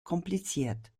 kompliziert